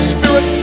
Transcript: Spirit